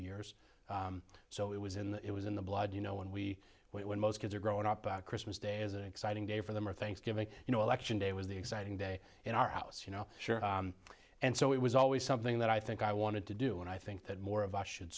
years so it was in the it was in the blood you know when we went when most kids are grown up at christmas day is an exciting day for them or thanksgiving you know election day was the exciting day in our house you know sure and so it was always something that i think i wanted to do and i think that more of us should